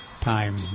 time